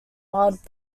wild